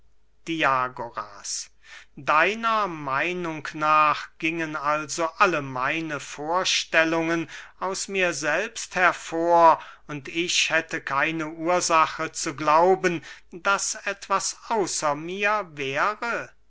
diagoras deiner meinung nach gingen also alle meine vorstellungen aus mir selbst hervor und ich hätte keine ursache zu glauben daß etwas außer mir wäre